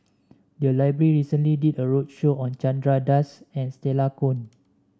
the library recently did a roadshow on Chandra Das and Stella Kon